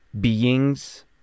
beings